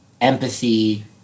empathy